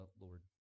Lord